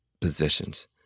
positions